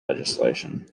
legislation